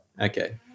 Okay